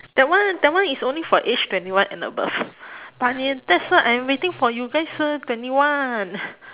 that one that one is only for age twenty one and above that's why I waiting for you guys turn twenty one